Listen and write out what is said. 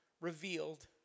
Revealed